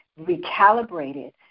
recalibrated